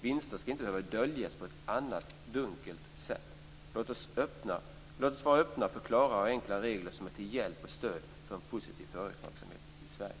Vinster skall inte behöva döljas på ett eller annat dunkelt sätt. Låt oss vara öppna för klara och enkla regler som är till hjälp och stöd för en positiv företagsamhet i Sverige.